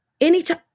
anytime